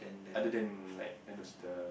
other than like the